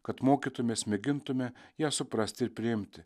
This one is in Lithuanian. kad mokytumės mėgintume ją suprasti ir priimti